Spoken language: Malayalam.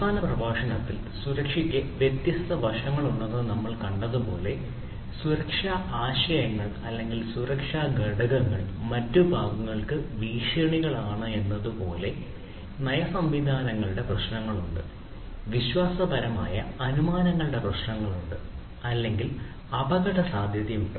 അവസാന പ്രഭാഷണത്തിൽ സുരക്ഷയ്ക്ക് വ്യത്യസ്ത വശങ്ങളുണ്ടെന്ന് നമ്മൾ കണ്ടതുപോലെ സുരക്ഷാ ആശയങ്ങൾ അല്ലെങ്കിൽ സുരക്ഷാ ഘടകങ്ങൾ മറ്റ് ഭാഗങ്ങൾക്ക് ഭീഷണികളാണെന്നത് പോലെ നയ സംവിധാനങ്ങളുടെ പ്രശ്നങ്ങളുണ്ട് വിശ്വാസപരമായ അനുമാനങ്ങളുടെ പ്രശ്നങ്ങളുണ്ട് അല്ലെങ്കിൽ അപകടസാധ്യത ഉണ്ട്